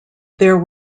there